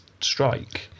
strike